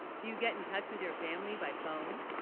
do you get in touch with your family, by phone